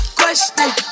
question